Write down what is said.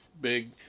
big